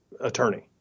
attorney